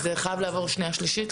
זה חייב לעבור שנייה-שלישית?